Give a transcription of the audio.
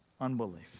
unbelief